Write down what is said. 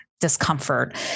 discomfort